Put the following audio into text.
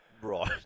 Right